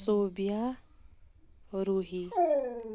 Sobia Roohi